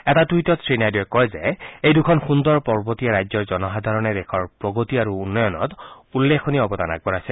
এটা টুইটত শ্ৰীনাইডুৱে কয় যে এই দুখন সুন্দৰ পৰ্বতীয়া ৰাজ্যৰ জনসাধাৰণে দেশৰ প্ৰগতি তথা উন্নয়নত উল্লেখনীয় অৱদান আগবঢ়াইছে